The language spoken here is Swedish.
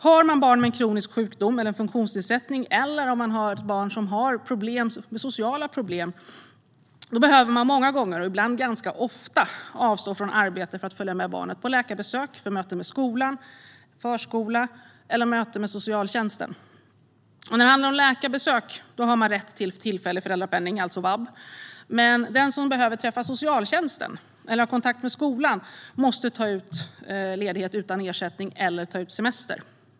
Har man barn med en kronisk sjukdom, en funktionsnedsättning eller sociala problem behöver man många gånger avstå från arbete för att följa med barnet på läkarbesök eller möten med skola, förskola eller socialtjänst. När det handlar om läkarbesök har man rätt till tillfällig föräldrapenning, alltså vab. Men den som behöver träffa socialtjänsten eller ha kontakt med skolan måste ta ledigt utan ersättning eller ta ut semester.